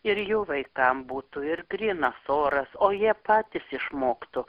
ir jų vaikam būtų ir grynas oras o jie patys išmoktų